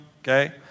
Okay